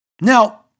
Now